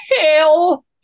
hell